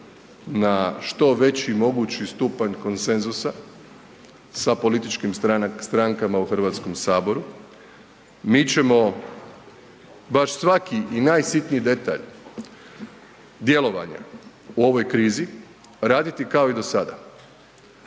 na što veći mogući stupanj konsenzusa sa političkim strankama u Hrvatskom saboru. Mi ćemo baš svaki i najsitniji detalj djelovanja u ovoj krizi raditi kao i do sada.